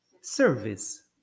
service